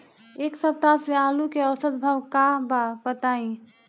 एक सप्ताह से आलू के औसत भाव का बा बताई?